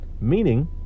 Meaning